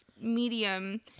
medium